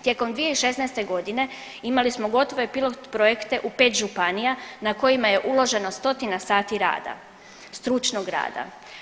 Tijekom 2016. godine imali smo gotove pilot projekte u pet županija na kojima je uloženo stotina sati rada, stručnog rada.